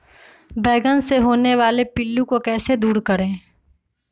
बैंगन मे होने वाले पिल्लू को कैसे दूर करें?